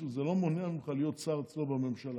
העובדה שאתה מסוכסך עם מישהו לא מונעת ממך להיות אצלו שר בממשלה.